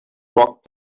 rock